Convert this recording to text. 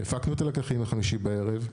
הפקנו את הלקחים מחמישי בערב.